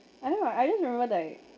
I don't know I just remember like